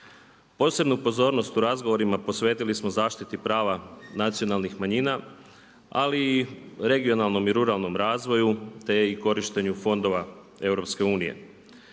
Posebnu pozornost u razgovorima posvetili smo zaštiti prava nacionalnih manjina ali i regionalnom i ruralnom razvoju te i korištenju fondova EU.